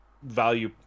value